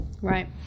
Right